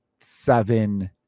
seven